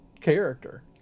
character